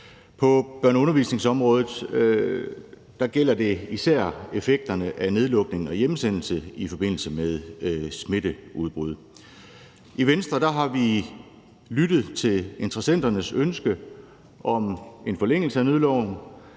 På børne- og undervisningsområdet gælder det især effekterne af nedlukning og hjemsendelse i forbindelse med smitteudbrud. I Venstre har vi lyttet til interessenternes ønske om en forlængelse af nødloven,